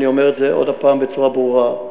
אני אומר עוד פעם בצורה ברורה: